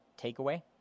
takeaway